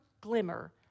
glimmer